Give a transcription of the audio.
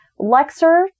Lexer